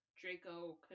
Draco